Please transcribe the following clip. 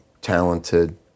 talented